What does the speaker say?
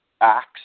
acts